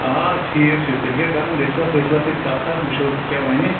آ ٹھیٖک چھُ تیٚلہِ گٔیہِ کرٕنۍ دٔسلَس ؤسلَس سٍتۍ کَتھ حظ وُچھو سُہ کیٛاہ وَنہِ